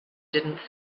didn’t